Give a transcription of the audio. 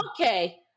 Okay